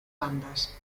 bandas